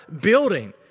building